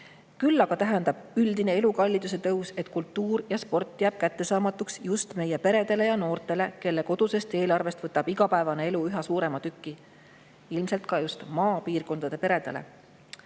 Küll aga tähendab üldine elukalliduse tõus, et kultuur ja sport jäävad kättesaamatuks meie peredele ja noortele, kelle kodusest eelarvest võtab igapäevane elu üha suurema tüki. Ilmselt ka maapiirkondade peredele.